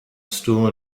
stool